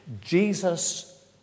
Jesus